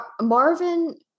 Marvin